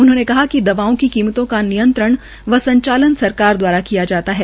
उन्होंने कहा कि दवाओं की कीमतों का नियंत्रण व संचालन सरकार द्वारा किया जाता है